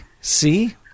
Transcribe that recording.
see